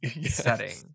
setting